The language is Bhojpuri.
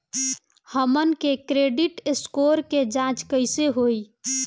हमन के क्रेडिट स्कोर के जांच कैसे होइ?